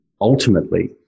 ultimately